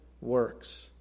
works